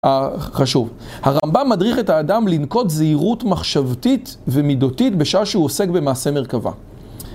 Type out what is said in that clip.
חשוב, הרמב״ם מדריך את האדם לנקוט זהירות מחשבתית ומידותית בשעה שהוא עוסק במעשה מרכבה.